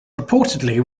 reportedly